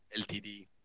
LTD